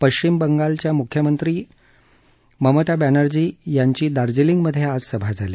पश्चिम बंगालल्या मुख्यमंत्री ममता बॅनर्जी यांची दार्जिलिंगमधे आज सभा झाली